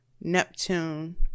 Neptune